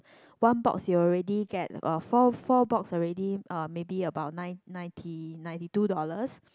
one box you already get uh four four box already uh maybe about ninety ninety two dollar